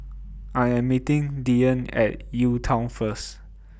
I Am meeting Dyan At UTown First